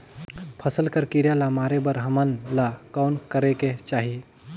फसल कर कीरा ला मारे बर हमन ला कौन करेके चाही?